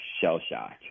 shell-shocked